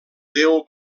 déu